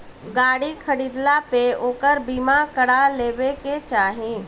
गाड़ी खरीदला पे ओकर बीमा करा लेवे के चाही